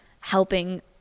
helping